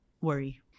worry